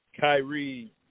Kyrie